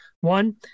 One